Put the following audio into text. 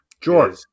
George